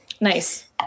nice